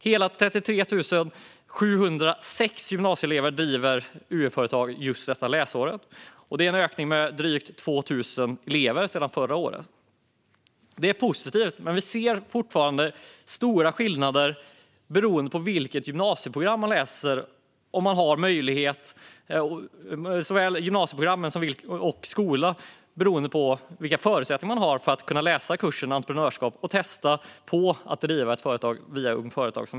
Hela 33 706 gymnasielever driver ett UF-företag just detta läsår, vilket är en ökning med drygt 2 000 elever sedan förra året. Det är positivt, men beroende på såväl vilket gymnasieprogram man läser som vilken skola man går på ser vi stora skillnader i förutsättningarna att läsa en kurs i entreprenörskap och via Ung Företagsamhet testa att driva ett företag.